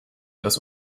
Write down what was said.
das